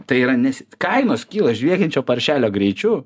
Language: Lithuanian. tai yra nes kainos kyla žviegiančio paršelio greičiu